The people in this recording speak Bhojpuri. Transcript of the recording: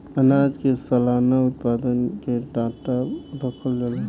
आनाज के सलाना उत्पादन के डाटा रखल जाला